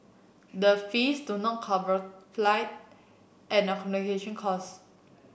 the fees do not cover flight and accommodation costs